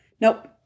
nope